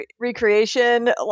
recreation